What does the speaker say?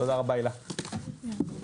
הישיבה ננעלה בשעה 10:38.